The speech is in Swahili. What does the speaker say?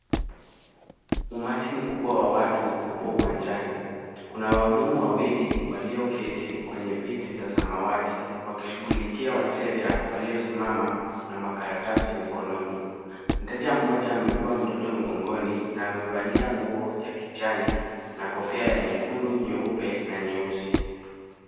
Umati mkubwa wa watu upo uwanjani kuna wahudumu wawili walioketi kwenye viti za samawati wakishughulikia wateja waliosimama na makaratasi mikononi. Mteja mmoja amebeba mtoto mgongoni na amevalia nguo ya kijani na kofia ya nyekundu, nyeupe na nyeusi.